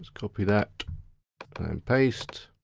copy that and paste.